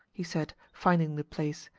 he said, finding the place.